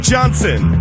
Johnson